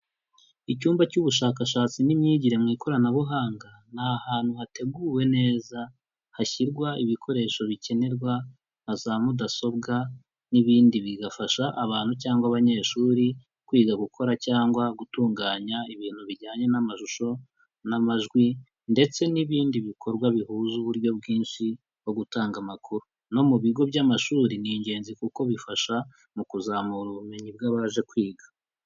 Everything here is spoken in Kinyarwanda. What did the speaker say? Icyumba cy'ubushakashatsi n'imyigire mu ikoranabuhanga, ni ahantu hateguwe neza, hashyirwa ibikoresho bikenerwa, nka za mudasobwa, n'ibindi bigafasha abantu cyangwa abanyeshuri, kwiga gukora cyangwa gutunganya ibintu bijyanye n'amashusho, n'amajwi, ndetse n'ibindi bikorwa bihuza uburyo bwinshi bwo gutanga amakuru. No mu bigo by'amashuri, ni ingenzi kuko bifasha mu kuzamura ubumenyi bw'abaje kwiga.